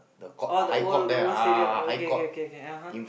oh the old old stadium okay okay okay okay (uh huh)